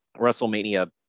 WrestleMania